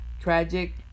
tragic